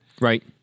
Right